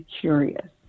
curious